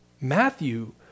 Matthew